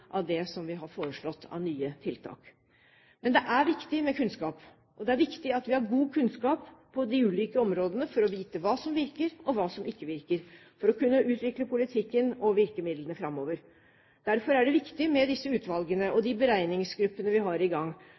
av det som er foreslått av nye tiltak. Men det er viktig med kunnskap, og det er viktig at vi har god kunnskap på ulike områder for å vite hva som virker, og hva som ikke virker, for å kunne utvikle politikken og virkemidlene framover. Derfor er det viktig med de utvalgene og beregningsgruppene vi har i gang.